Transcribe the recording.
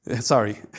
Sorry